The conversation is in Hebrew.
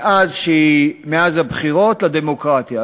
מאז הבחירות, לדמוקרטיה.